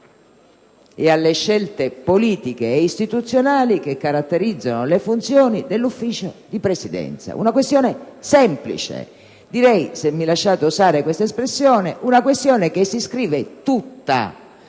ed alle scelte politiche ed istituzionali che caratterizzano le funzioni del Consiglio di Presidenza. Una questione semplice, direi - se mi lasciate usare quest'espressione - che si inscrive tutta